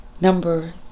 number